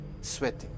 sweating